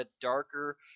darker